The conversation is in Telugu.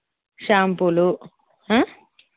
షాంపులు